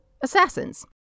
assassins